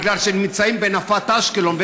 בגלל שהם נמצאים בנפת אשקלון,